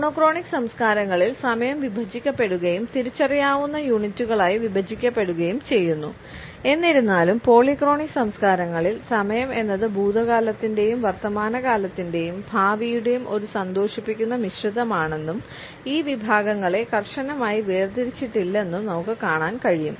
monochronic സംസ്കാരങ്ങളിൽ സമയം വിഭജിക്കപ്പെടുകയും തിരിച്ചറിയാവുന്ന യൂണിറ്റുകളായി വിഭജിക്കപ്പെടുകയും ചെയ്യുന്നു എന്നിരുന്നാലും പോളിക്രോണിക് സംസ്കാരങ്ങളിൽ സമയം എന്നത് ഭൂതകാലത്തിൻറെയും വർത്തമാനകാലത്തിൻറെയും ഭാവിയുടെയും ഒരു സന്തോഷിപ്പിക്കുന്ന മിശ്രിതമാണെന്നും ഈ വിഭാഗങ്ങളെ കർശനമായി വേർതിരിച്ചുട്ടില്ലെന്നും നമുക്ക് കാണാൻ കഴിയും